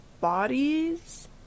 bodies